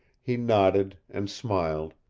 he nodded, and smiled,